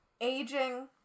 Aging